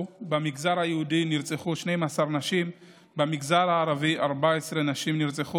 במגזר היהודי נרצחו 12 נשים ובמגזר הערבי נרצחו 14 נשים,